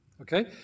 Okay